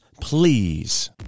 please